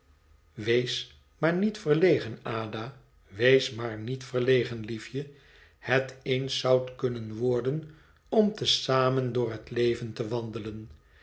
wees maar niet verlegen ada wees maar niet verlegen liefje het eens zoudt kunnen worden om te zamen door het leven te wandelen